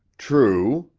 true,